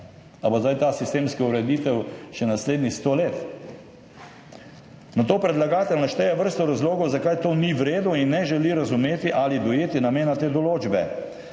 Ali bo zdaj ta sistemska ureditev še naslednjih 100 let? Nato predlagatelj našteje vrsto razlogov, zakaj to ni v redu, in ne želi razumeti ali dojeti namena te določbe.